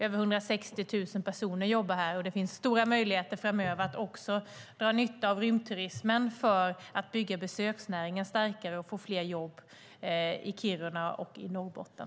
Över 160 000 personer jobbar där, och det finns stora möjligheter framöver att också dra nytta av rymdturismen för att bygga besöksnäringen starkare och få fler jobb i Kiruna och Norrbotten.